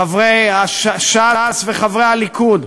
חברי ש"ס וחברי הליכוד,